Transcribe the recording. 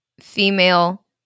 female